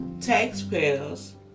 taxpayers